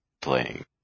playing